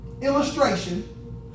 illustration